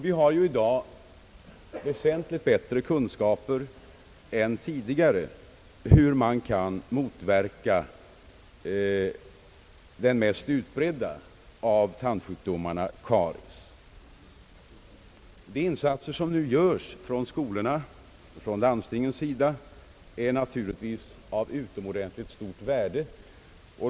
Vi har i dag väsentligt bättre kunskaper än tidigare när det gäller hur den mest utbredda av tandsjukdomarna, karies, kan motverkas. De insatser som nu görs från skolornas och landstingens sida är naturligtvis av utomordentligt stort värde.